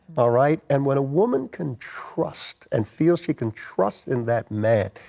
all right? and when a woman can trust and feel she can trust in that man,